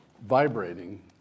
vibrating